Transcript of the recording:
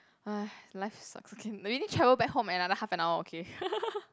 life sucks okay you need travel back home another half an hour okay